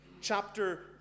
Chapter